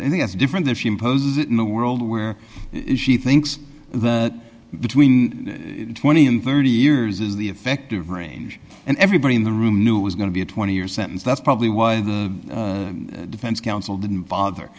has different if she imposes it in the world where she thinks that between twenty and thirty years is the effective range and everybody in the room knew it was going to be a twenty year sentence that's probably why the defense counsel didn't bother